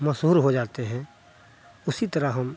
मशहूर हो जाते हैं उसी तरह हम